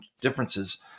differences